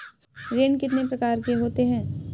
ऋण कितने प्रकार के होते हैं?